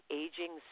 aging